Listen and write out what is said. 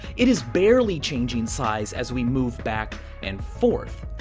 it is barely changing size as we move back and forth.